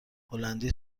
هلندی